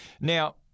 Now